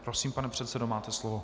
Prosím, pane předsedo, máte slovo.